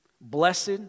Blessed